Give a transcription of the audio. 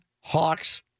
Hawks